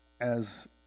as